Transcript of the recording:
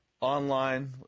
Online